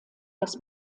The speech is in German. das